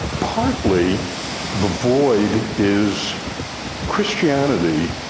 partly the void is christianity,